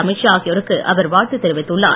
அமித் ஷா ஆகியோருக்கு அவர் வாழ்த்து தெரிவித்துள்ளார்